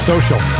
Social